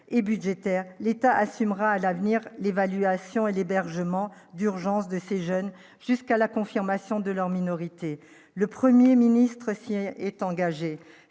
et budgétaire, l'État assumera à l'avenir, l'évaluation et l'hébergement d'urgence, de ces jeunes jusqu'à la confirmation de leur minorité, le 1er ministre fille est engagée